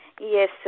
Yes